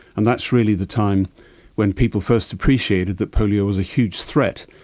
and that's really the time when people first appreciated that polio was a huge threat,